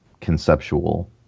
conceptual